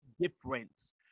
difference